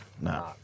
no